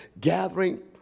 gathering